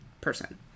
person